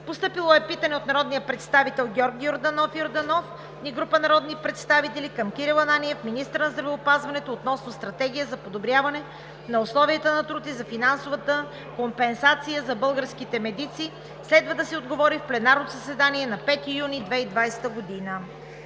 21 май 2020 г.: - от народния представител Георги Йорданов Йорданов и група народни представители към Кирил Ананиев – министър на здравеопазването, относно Стратегия за подобряване на условията на труд и за финансовата компенсация за българските медици. Следва да се отговори в пленарното заседание на 5 юни 2020 г.